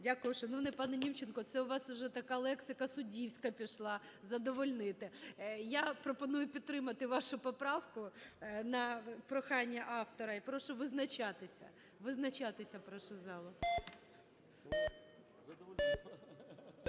Дякую, шановний пане Німченко. Це у вас уже така лексика суддівська пішла – задовольнити. Я пропоную підтримати вашу поправку, на прохання автора, і прошу визначатися. Визначатися прошу залу.